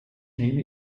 nehme